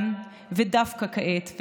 דווקא כעת,